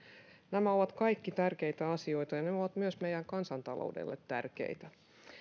nämä ovat kaikki tärkeitä asioita ja ne ovat myös meidän kansantaloudellemme tärkeitä